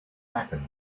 happened